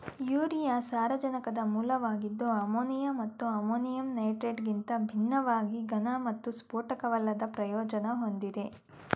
urea ಸಾರಜನಕದ ಮೂಲವಾಗಿದ್ದು ammonia ಮತ್ತು ಅಮೋನಿಯಂ ನೈಟ್ರೇಟ್ಗಿಂತ ಭಿನ್ನವಾಗಿ ಘನ ಮತ್ತು ಸ್ಫೋಟಕವಲ್ಲದ ಪ್ರಯೋಜನ ಹೊಂದಿದೆ